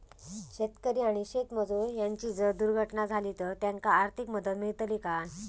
शेतकरी आणि शेतमजूर यांची जर दुर्घटना झाली तर त्यांका आर्थिक मदत मिळतली काय?